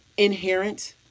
Inherent